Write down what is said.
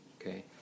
okay